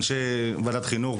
אנשי ועדת חינוך,